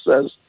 says